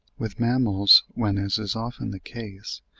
with mammals, when, as is often the case,